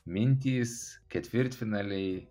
mintys ketvirtfinaliai